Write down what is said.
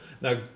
Now